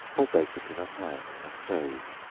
or bake it in a pan in a stove.